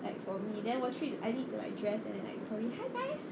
like for me then 我去 I need to like dress and then like probably hi guys